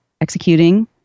executing